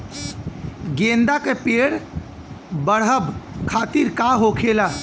गेंदा का पेड़ बढ़अब खातिर का होखेला?